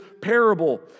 parable